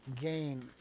gain